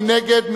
מי נגד?